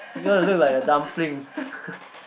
you gonna look like a dumpling